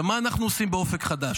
עכשיו, מה אנחנו עושים באופק חדש?